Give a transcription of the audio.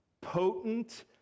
potent